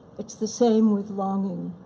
it's the same with longing.